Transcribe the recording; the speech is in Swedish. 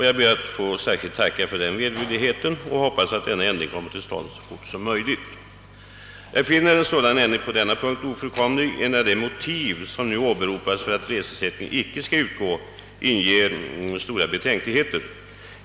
Jag ber att få tacka för den välvilligheten och hoppas att ändringen kommer till stånd så fort som möjligt. Jag finner nämligen en ändring på denna punkt ofrånkomlig, eftersom de motiv som nu åberopas för att reseersättning icke skall utgå inger stora betänkligheter.